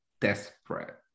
desperate